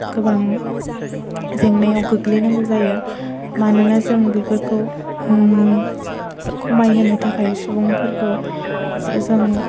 गोबां जेंनायाव गोग्लैनांगौ जायो मानोना जों बेफोरखौ खमायहोनो थाखाय सुबुंफोरखौ जों